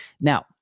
Now